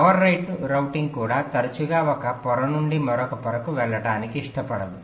power routing కూడా తరచుగా ఒక పొర నుండి మరొక పొరకు వెళ్లడానికి ఇష్టపడదు